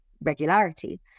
regularity